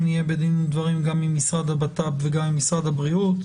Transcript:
אני אהיה בדין ודברים גם עם המשרד לביטחון פנים וגם עם משרד הבריאות.